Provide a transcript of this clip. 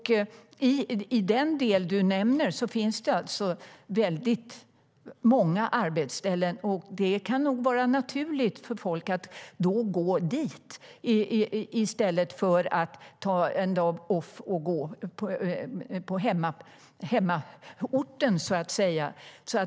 I den stadsdel som du nämner finns det många arbetsställen, och det kan vara naturligt för folk att gå till en vårdcentral där i stället för att ta en dag ledigt och gå på hemorten.